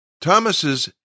Thomas's